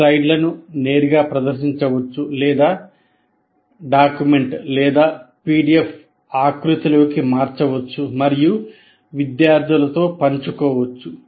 స్లైడ్లను నేరుగా ప్రదర్శించవచ్చు లేదా డాక్ లేదా పిడిఎఫ్ ఆకృతిలోకి మార్చవచ్చు మరియు విద్యార్థులతో పంచుకోవచ్చు